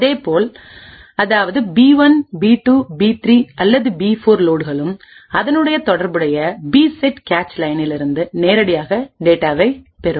அதேபோல்அதாவது B 1 B 2 B 3 அல்லது B 4லோட்களும் அதனுடன் தொடர்புடைய பிசெட் கேச் லைனிலிருந்து நேரடியாக டேட்டாவை பெரும்